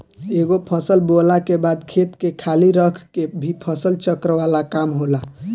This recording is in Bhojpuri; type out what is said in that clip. एगो फसल बोअला के बाद खेत के खाली रख के भी फसल चक्र वाला काम होला